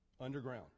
underground